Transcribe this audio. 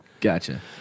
Gotcha